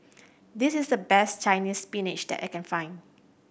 this is the best Chinese Spinach that I can find